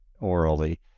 orally